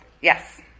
Yes